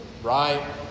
Right